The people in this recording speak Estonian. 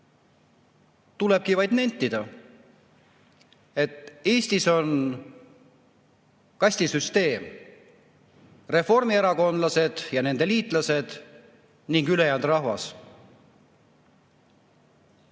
tulebki nentida, et Eestis on kastisüsteem: reformierakondlased ja nende liitlased ning ülejäänud rahvas.